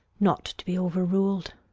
not to be overrul'd.